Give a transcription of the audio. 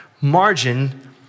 Margin